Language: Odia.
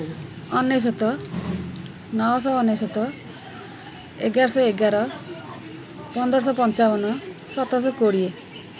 ଅନେଶତ ନଅଶହ ଅନେଶତ ଏଗାରଶହ ଏଗାର ପନ୍ଦରଶହ ପଞ୍ଚାବନ ସାତଶହ କୋଡ଼ିଏ